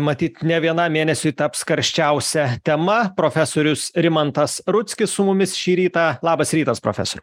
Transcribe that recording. matyt ne vienam mėnesiui taps karščiausia tema profesorius rimantas rudzkis su mumis šį rytą labas rytas profesoriau